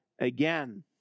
again